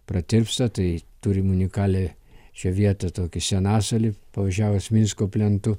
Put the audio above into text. pratirpsta tai turim unikalią šią vietą tokį senasalį pavažiavus minsko plentu